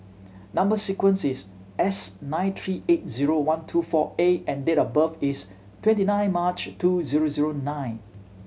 number sequence is S nine three eight zero one two four A and date of birth is twenty nine March two zero zero nine